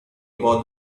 about